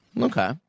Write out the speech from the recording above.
Okay